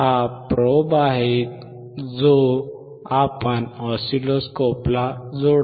हा प्रोब आहे जो आपण ऑसिलोस्कोपला जोडतो